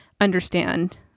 understand